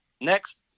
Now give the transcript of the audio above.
Next